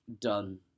done